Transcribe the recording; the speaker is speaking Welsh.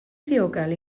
ddiogel